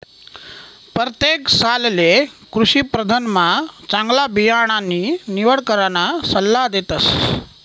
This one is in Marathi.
परतेक सालले कृषीप्रदर्शनमा चांगला बियाणानी निवड कराना सल्ला देतस